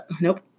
nope